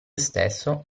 stesso